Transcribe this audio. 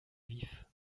vif